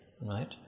right